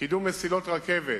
קידום מסילות רכבת,